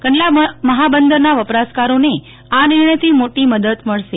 કંડલા મફાબંદરના વપરાશકારોને આ નિર્ણયથી મોટી મદદ મળશે